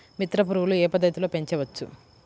మిత్ర పురుగులు ఏ పద్దతిలో పెంచవచ్చు?